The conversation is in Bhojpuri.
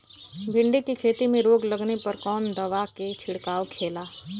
भिंडी की खेती में रोग लगने पर कौन दवा के छिड़काव खेला?